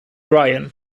ryan